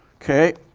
okay.